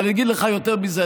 אבל אני אגיד לך יותר מזה.